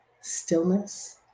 stillness